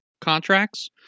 contracts